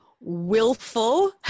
willful